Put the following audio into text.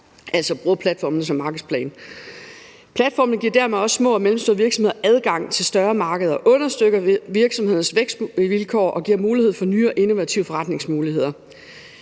altså bruger platformene som markedsplads. Platformene giver dermed også små og mellemstore virksomheder adgang til større markeder, understøtter virksomhedernes vækstvilkår og give mulighed for nye og innovative forretningsmuligheder.